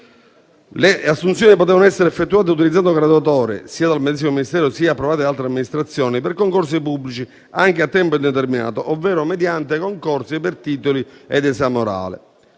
Le assunzioni potevano essere effettuate utilizzando graduatorie - sia del medesimo Ministero sia approvate da altre amministrazioni - per concorsi pubblici, anche a tempo indeterminato, ovvero mediante concorsi per titoli ed esame orale;